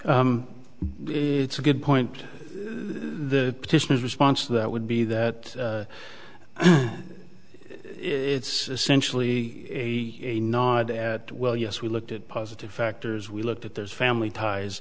t it's a good point this petition is response that would be that it's essentially a nod to at well yes we looked at positive factors we looked at there's family ties